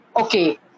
Okay